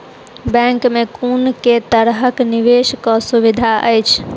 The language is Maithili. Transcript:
बैंक मे कुन केँ तरहक निवेश कऽ सुविधा अछि?